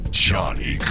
Johnny